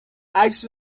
عکس